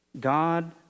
God